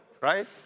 Right